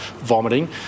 vomiting